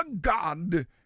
God